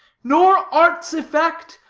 nor art's effect,